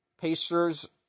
Pacers